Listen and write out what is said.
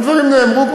והדברים נאמרו פה,